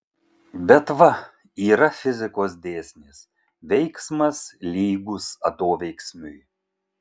bet va yra fizikos dėsnis veiksmas lygus atoveiksmiui